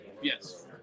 Yes